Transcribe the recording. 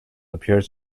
appear